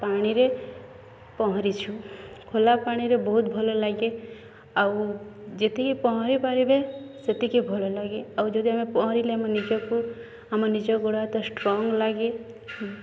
ପାଣିରେ ପହଁରିଛୁ ଖୋଲା ପାଣିରେ ବହୁତ ଭଲ ଲାଗେ ଆଉ ଯେତିକି ପହଁରି ପାରିବେ ସେତିକି ଭଲ ଲାଗେ ଆଉ ଯଦି ଆମେ ପହଁରିଲେ ଆମ ନିଜକୁ ଆମ ନିଜ ଗୋଡ଼ ହାତ ଷ୍ଟ୍ରଙ୍ଗ୍ ଲାଗେ